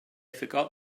forgot